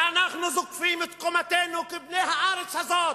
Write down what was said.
אנחנו זוקפים את קומתנו כבני הארץ הזאת,